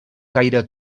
caire